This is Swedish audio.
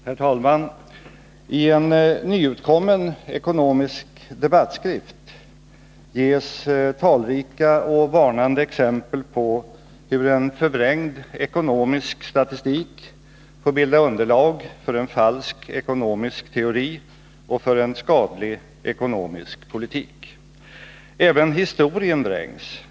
Herr talman! I en nyutkommen ekonomisk debattskrift ges talrika och varnande exempel på hur en förvrängd ekonomisk statistik får bilda underlag för en falsk ekonomisk teori och för en skadlig ekonomisk politik. Även historien vrängs.